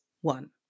one